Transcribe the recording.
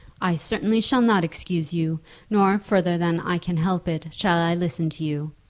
i certainly shall not excuse you nor, further than i can help it, shall i listen to you.